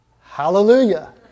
Hallelujah